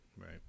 right